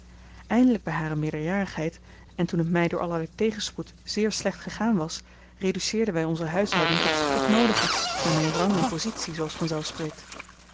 eindelijk bij hare meerderjarigheid en toen het mij door allerlei tegenspoed zeer slecht gegaan was reduceerden wij onze huishouding tot het strikt noodige naar mijn rang en positie zooals